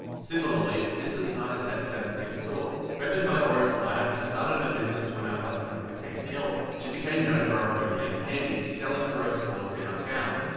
similarly mrs snyders had seventeen stores, opened by ora snyder who started her business when her husband became ill. she became known for her homemade candies selling through her stores downtown.